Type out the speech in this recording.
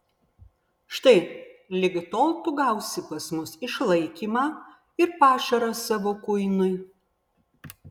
štai ligi tol tu gausi pas mus išlaikymą ir pašarą savo kuinui